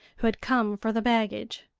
who had come for the baggage.